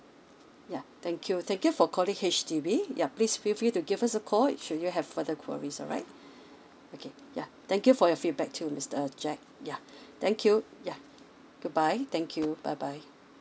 ya thank you thank you for calling H_D_B ya please feel free to give us a call should you have further queries alright okay yeuh thank you for your feedback too mister jack ya thank you ya goodbye thank you bye bye